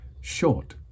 short